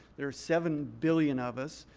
there's seven billion of us.